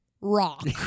Rock